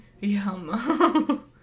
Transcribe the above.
Yum